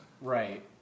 Right